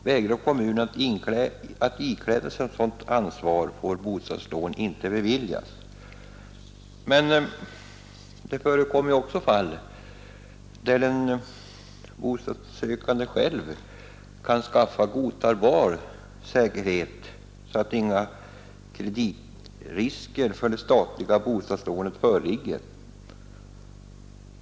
Vägrar kommunen att ikläda sig sådant ansvar, får bostadslån inte beviljas.” Men det förekommer också fall, där den lånesökande själv kan skaffa godtagbar säkerhet så att inga kreditrisker för det statliga bostadslånet föreligger.